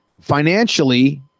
Financially